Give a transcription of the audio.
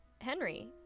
henry